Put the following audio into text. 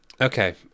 Okay